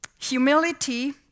Humility